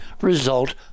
result